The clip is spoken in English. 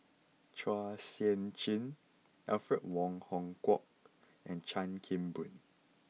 Chua Sian Chin Alfred Wong Hong Kwok and Chan Kim Boon